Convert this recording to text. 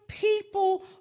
people